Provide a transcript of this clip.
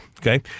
Okay